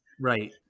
Right